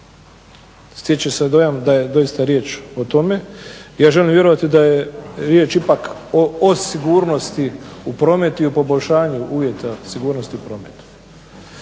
Stječe se dojam da je doista riječ o tome. Ja želim vjerovati da je riječ ipak o sigurnosti u prometu i u poboljšanju uvjeta sigurnosti u prometu.